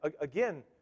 again